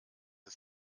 des